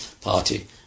party